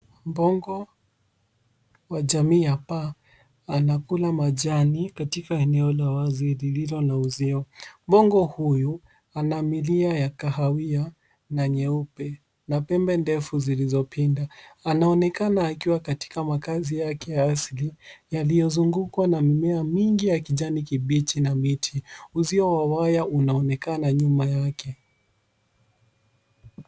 Mbogo wa jamii ya paa, anakula majani katika eneo la wazi lililo na uzio. Mbogo huyu, ana milia ya kahawia na nyeupe na pembe ndefu zilizopinda. Anaonekana akiwa katika makazi yake ya asili, yaliyozungukwa na mimea mingi ya kijani kibichi na miti. Uzio wa waya unaonekana nyuma yake.